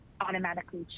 automatically